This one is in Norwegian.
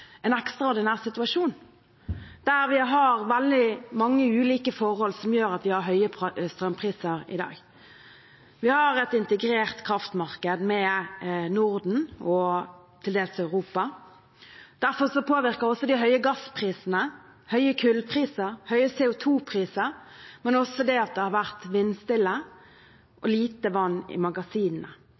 en ekstraordinær situasjon, der vi har veldig mange ulike forhold som gjør at vi har høye strømpriser i dag. Vi har et integrert kraftmarked med Norden og til dels Europa. Derfor påvirker det de høye gassprisene, de høye kullprisene, de høye CO2-prisene, men også det at det har vært vindstille og lite vann i magasinene.